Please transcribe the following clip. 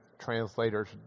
Translators